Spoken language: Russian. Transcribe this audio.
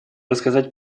рассказать